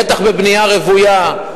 בטח בבנייה רוויה,